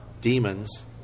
demons